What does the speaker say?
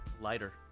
Lighter